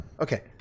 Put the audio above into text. Okay